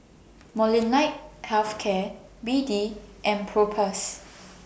Molnylcke Health Care B D and Propass